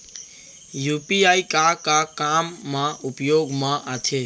UPI का का काम मा उपयोग मा आथे?